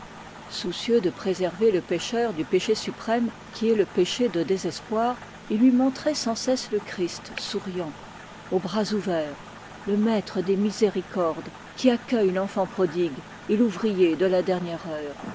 soucieux de préserver le pécheur du crime suprême qui est le désespoir il lui montrait sans cesse le christ souriant aux bras ouverts le maître des miséricordes qui accueille l'enfant prodigue et l'ouvrier de la dernière heure